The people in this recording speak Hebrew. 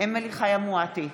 אמילי חיה מואטי,